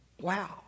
Wow